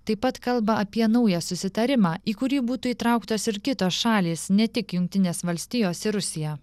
taip pat kalba apie naują susitarimą į kurį būtų įtrauktos ir kitos šalys ne tik jungtinės valstijos ir rusija